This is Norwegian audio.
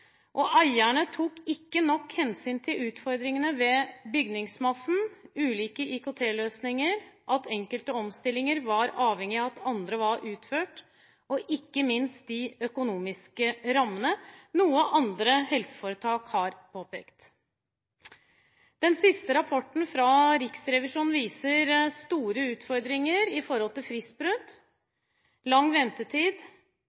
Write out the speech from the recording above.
salen. Eierne tok ikke nok hensyn til utfordringene ved bygningsmassen, ulike IKT-løsninger, at enkelte omstillinger var avhengig av at andre var utført, og ikke minst de økonomiske rammene, noe andre helseforetak har påpekt. Den siste rapporten fra Riksrevisjonen viser store utfordringer i forhold til